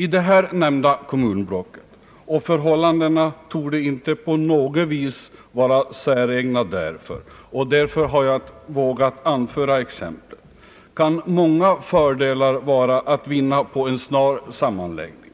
I detta kommunblock — och förhållandena torde inte på något vis vara säregna där, vilket är anledning till att jag vågat anföra exemplet — kan många fördelar vara att vinna på en snar sammanläggning.